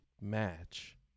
match